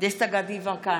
דסטה גדי יברקן,